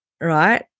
right